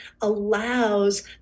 allows